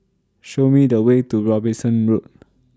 Show Me The Way to Robinson Road